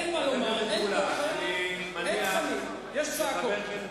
אין מה לומר, אין תכנים יש צעקות.